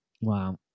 Wow